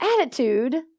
attitude